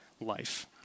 life